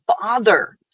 bother